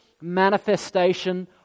manifestation